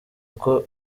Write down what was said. uko